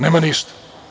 Nema ništa.